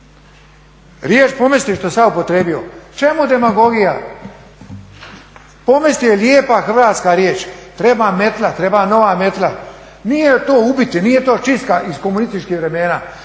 Riječ pomest što sam ja upotrijebio, čemu demagogija? Pomest je lijepa hrvatska riječ, treba metla, treba nova metla. Nije to ubiti, nije to čistka iz komunističkih vremena.